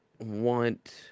want